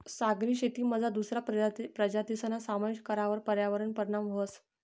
सागरी शेतीमझार दुसरा प्रजातीसना समावेश करावर पर्यावरणवर परीणाम व्हस